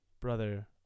brother